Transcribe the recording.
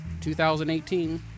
2018